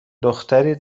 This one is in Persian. دختری